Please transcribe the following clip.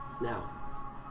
Now